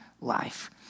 life